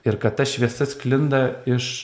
ir kad ta šviesa sklinda iš